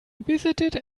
visited